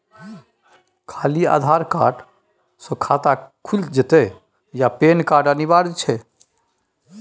खाली आधार कार्ड स खाता खुईल जेतै या पेन कार्ड अनिवार्य छै?